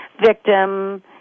victim